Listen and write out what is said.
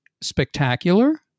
spectacular